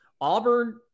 Auburn